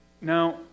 Now